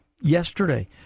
yesterday